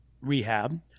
rehab